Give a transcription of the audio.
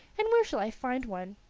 and where shall i find one?